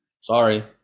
sorry